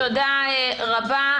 תודה רבה.